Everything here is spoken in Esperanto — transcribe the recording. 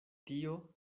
tio